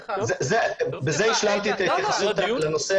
בזה השלמתי את ההתייחסות לנושא הכלכלי האסטרטגי.